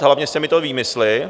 Hlavně s těmito výmysly.